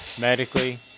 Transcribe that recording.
medically